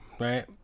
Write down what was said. right